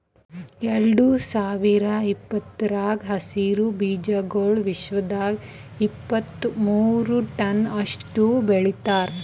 ಎರಡು ಸಾವಿರ ಇಪ್ಪತ್ತರಾಗ ಹಸಿರು ಬೀಜಾಗೋಳ್ ವಿಶ್ವದಾಗ್ ಇಪ್ಪತ್ತು ಮೂರ ಟನ್ಸ್ ಅಷ್ಟು ಬೆಳಿತಾರ್